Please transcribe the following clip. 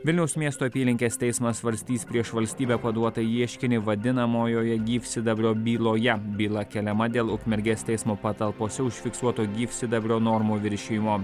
vilniaus miesto apylinkės teismas svarstys prieš valstybę paduotą ieškinį vadinamojoje gyvsidabrio byloje byla keliama dėl ukmergės teismo patalpose užfiksuoto gyvsidabrio normų viršijimo